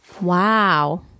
Wow